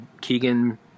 Keegan